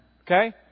okay